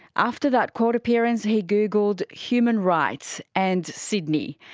after that court appearance he googled human rights and sydney.